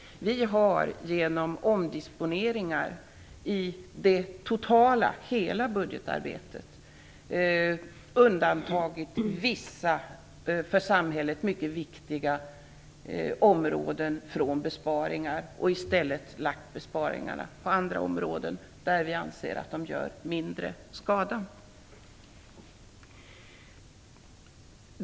Vi har genom omdisponeringar i det totala budgetarbetet undantagit vissa för samhället mycket viktiga områden från besparingar och i stället lagt besparingarna på andra områden, där vi anser att de gör mindre skada.